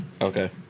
Okay